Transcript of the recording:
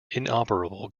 inoperable